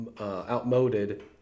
outmoded